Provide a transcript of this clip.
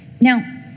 Now